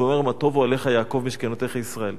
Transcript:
ואומר "מה טֹבו אֹהליך יעקב משכנֹתיך ישראל".